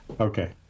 Okay